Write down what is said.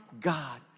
God